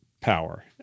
power